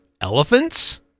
elephants